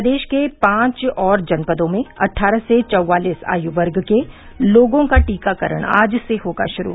प्रदेश के पांच और जनपदों में अट्ठारह से चौवालीस आयु वर्ग के लोगों का टीकाकरण आज से होगा शुरू